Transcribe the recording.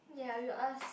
ya you ask